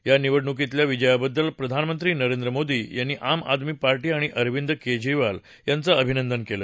या निवडणुकीतल्या विजयाबद्दल प्रधानमंत्री नरेंद्र मोदी यांनी आम आदमी पार्टी आणि अरविंद केजरीवाल यांचं अभिनंदन केलं